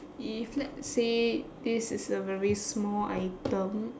if let's say this is a very small item